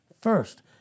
first